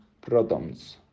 protons